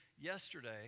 yesterday